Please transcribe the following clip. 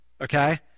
okay